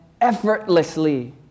effortlessly